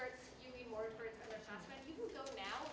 right now